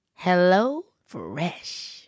HelloFresh